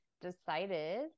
decided